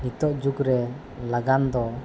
ᱱᱤᱛᱚᱜ ᱡᱩᱜᱽ ᱨᱮ ᱞᱟᱜᱟᱱ ᱫᱚ